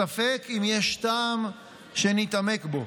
ספק אם יש טעם שנתעמק בו.